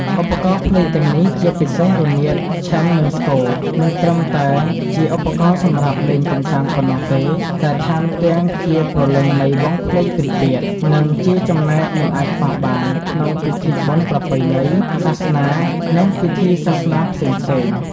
ឧបករណ៍ភ្លេងទាំងនេះ ជាពិសេស រនាត ឈិង និងស្គរ មិនត្រឹមតែជាឧបករណ៍សម្រាប់លេងកម្សាន្តប៉ុណ្ណោះទេ តែថែមទាំងជាព្រលឹងនៃ វង់ភ្លេងពិណពាទ្យ និងជាចំណែកមិនអាចខ្វះបាន ក្នុងពិធីបុណ្យប្រពៃណី សាសនា និងពិធីសាសនាផ្សេងៗ។